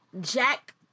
Jack